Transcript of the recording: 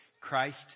Christ